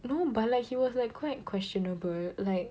no but like he was like quite questionable like